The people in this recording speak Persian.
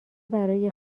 برای